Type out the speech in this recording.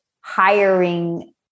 hiring